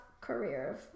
career